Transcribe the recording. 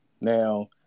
Now